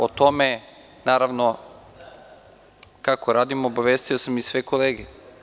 O tome kako radimo obavestio sam sve kolege.